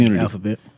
Alphabet